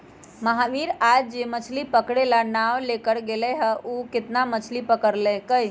महावीर आज जो मछ्ली पकड़े ला नाव लेकर गय लय हल ऊ कितना मछ्ली पकड़ कर लल कय?